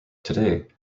today